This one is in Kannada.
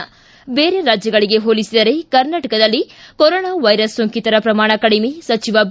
್ ಬೇರೆ ರಾಜ್ಯಗಳಿಗೆ ಹೋಲಿಸಿದರೆ ಕರ್ನಾಟಕದಲ್ಲಿ ಕೊರೊನಾ ವೈರಸ್ ಸೋಂಕಿತರ ಪ್ರಮಾಣ ಕಡಿಮೆ ಸಚಿವ ಬಿ